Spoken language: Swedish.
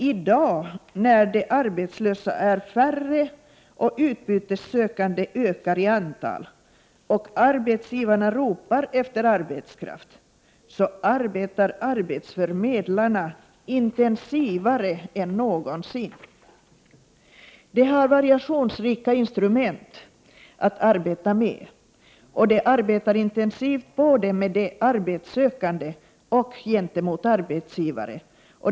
I dag, när de arbetslösa är färre och de utbytessökande ökar i antal samtidigt som arbetsgivarna ropar efter arbetskraft, arbetar arbetsförmedlarna intensivare än någonsin. De har variationsrika instrument att arbeta med, och de arbetar intensivt med både arbetssökande och arbetsgivare.